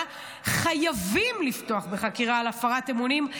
חייבים לפתוח בחקירה על הפרת אמונים.